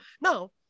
now